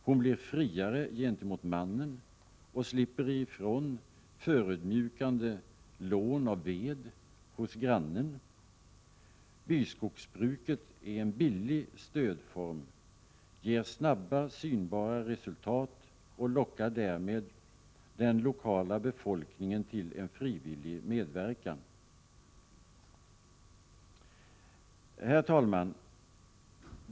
Hon blir friare gentemot mannen och slipper ifrån förödmjukande lån av ved hos grannen. Byskogsbruket är en billig stödform, ger snabba, synbara resultat och lockar därmed den lokala befolkningen till en frivillig medverkan. Herr talman!